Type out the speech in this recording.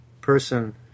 person